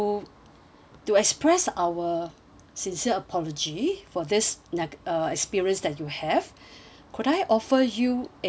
to express our sincere apology for this neg~ uh experience that you have could I offer you a